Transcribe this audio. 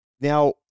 now